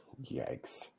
Yikes